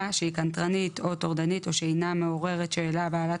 שהיא קנטרנית או טורדנית או שהיא אינה מעוררת שאלה בעלת